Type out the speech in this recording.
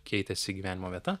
keitėsi gyvenimo vieta